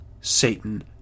Satan